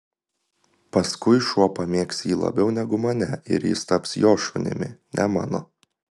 paskui šuo pamėgs jį labiau negu mane ir jis taps jo šunimi ne mano